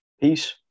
Peace